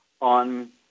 on